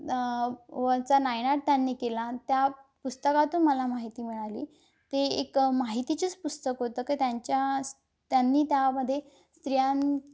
वचा नायनाट त्यांनी केला त्या पुस्तकातून मला माहिती मिळाली ते एक माहितीचेच पुस्तक होतं तर त्यांच्या त्यांनी त्यामध्ये स्त्रियां